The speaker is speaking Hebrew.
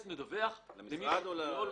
למשרד?